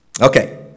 Okay